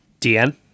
Dn